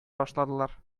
башладылар